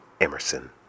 Emerson